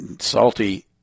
salty